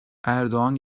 erdoğan